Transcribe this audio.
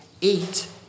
eat